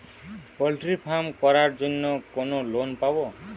Poultry farm করার জন্য কোন লোন পাব?